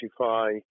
identify